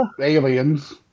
aliens